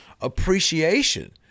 appreciation